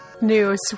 news